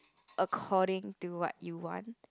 according to what you want